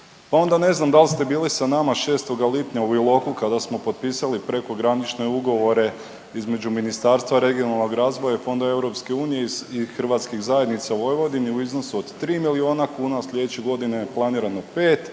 pa onda ne znam da li ste bili sa nama 6. lipnja u Iloku kada smo potpisali prekogranične ugovore između Ministarstva regionalnog razvoja i fondova EU i hrvatskih zajednica u Vojvodini u iznosu od 3 miliona kuna, a slijedeće godine je planirano 5, pa